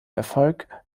erfolg